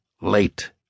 Late